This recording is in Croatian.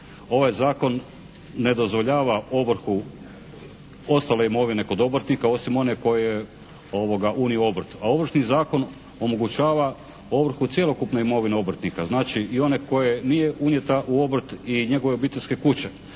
Ovaj Zakon ne dozvoljava ovrhu ostale imovine kod obrtnika osim one koje je unio obrt, a Ovršni zakon omogućava ovrhu cjelokupne imovine obrtnika, znači i one koje nije unijeta u obrt i njegove obiteljske kuće.